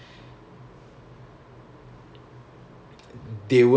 oh so even though they're a wing they weren't under C_A_D